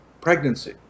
pregnancy